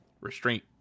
restraint